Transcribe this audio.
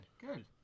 Good